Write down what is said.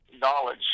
knowledge